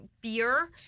beer